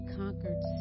conquered